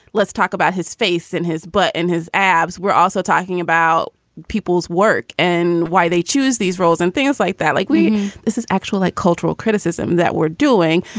let's talk about his face and his butt and his abs. we're also talking about people's work and why they choose these roles and things like that. like this is actual like cultural criticism that we're doing.